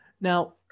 Now